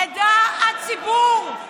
ידע הציבור,